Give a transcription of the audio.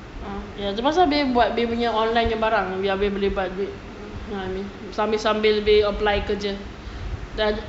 uh tu pasal dia buat dia punya online punya barang yang yang boleh buat duit you know what I mean sambil sambil dia apply kerja